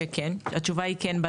התשובה היא כן.